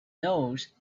knows